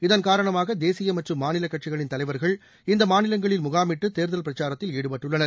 இதன்காரணமாக தேசிய மற்றும் மாநில கட்சிகளின் தலைவா்கள் இந்த மாநிலங்களில் முகாமிட்டு தேர்தல் பிரச்சாரத்தில் ஈடுபட்டுள்ளனர்